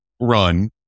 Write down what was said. run